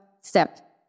step